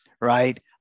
right